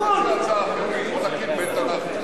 אתה מוכן לדחות את ההצבעה?